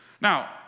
Now